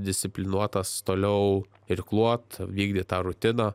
disciplinuotas toliau irkluot vykdyt tą rutiną